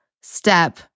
step